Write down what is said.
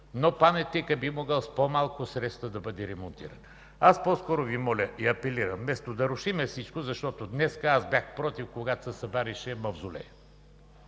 Но паметникът би могъл с по-малко средства да бъде ремонтиран, по-скоро Ви моля и апелирам, вместо да рушим всичко. Аз бях против, когато се събаряше Мавзолея...